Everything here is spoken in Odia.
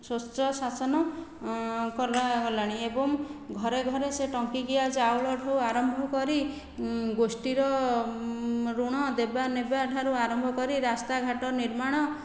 ସ୍ଵଚ୍ଛ ଶାସନ କରାଗଲାଣି ଏବଂ ଘରେ ଘରେ ସେ ଟଙ୍କିକିଆ ଚାଉଳଠୁ ଆରମ୍ଭ କରି ଗୋଷ୍ଠୀର ଋଣ ଦେବା ନେବାଠାରୁ ଆରମ୍ଭ କରି ରାସ୍ତାଘାଟ ନିର୍ମାଣ